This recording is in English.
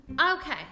okay